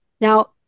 Now